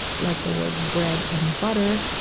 like the word bread and butter,